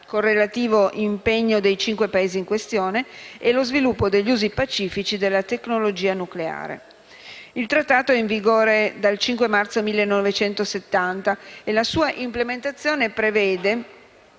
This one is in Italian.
con il relativo impegno dei cinque Paesi in questione; lo sviluppo degli usi pacifici della tecnologia nucleare. Il Trattato è in vigore dal 5 marzo 1970 e la sua implementazione prevede